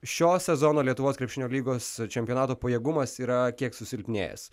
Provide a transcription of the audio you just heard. šio sezono lietuvos krepšinio lygos čempionato pajėgumas yra kiek susilpnėjęs